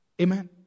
Amen